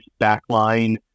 backline